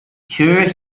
here